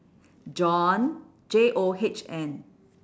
john J O H N